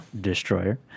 Destroyer